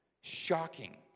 shocking